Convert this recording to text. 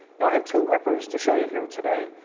now i have two grr-rippers to show you here today.